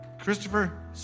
Christopher